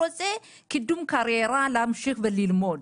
רוצה קידום קריירה להמשיך וללמוד,